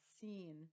scene